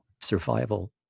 survival